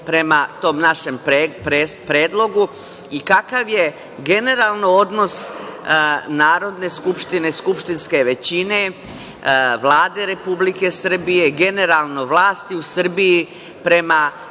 prema tom našem predlogu i kakav je generalno odnos Narodne skupštine, skupštinske većine, Vlade Republike Srbije, generalno vlasti u Srbiji prema